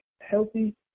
healthy